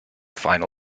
final